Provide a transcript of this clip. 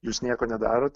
jūs nieko nedarot